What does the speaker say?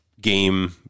game